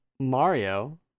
mario